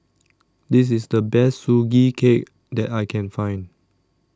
This IS The Best Sugee Cake that I Can Find